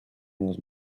was